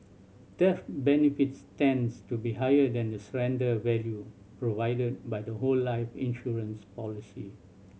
death benefits tends to be higher than the surrender value provided by a whole life insurance policy